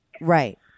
Right